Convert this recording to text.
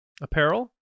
apparel